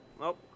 Nope